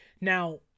now